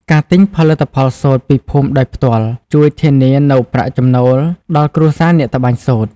ការទិញផលិតផលសូត្រពីភូមិដោយផ្ទាល់ ជួយធានានូវ ប្រាក់ចំណូល ដល់គ្រួសារអ្នកត្បាញសូត្រ។